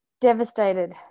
Devastated